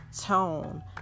tone